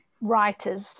writers